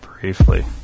briefly